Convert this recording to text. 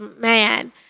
man